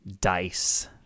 Dice